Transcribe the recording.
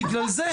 בגלל זה.